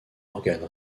organe